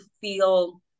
feel